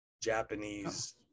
Japanese